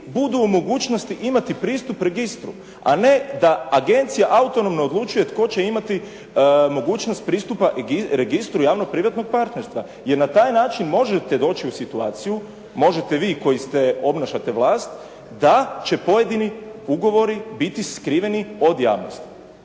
budu u mogućnosti imati pristup registru a ne da agencija autonomno odlučuje tko će imati mogućnost pristupa registru javnog privatnog partnerstva. Jer na taj način možete doći u situaciju, možete vi koji obnašate vlast da će pojedini ugovori biti skriveni od javnosti.